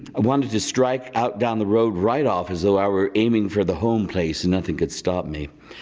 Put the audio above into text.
wanted to strike out down the road right off as though i were aiming for the home place, and nothing could stop me.